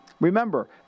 Remember